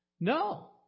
No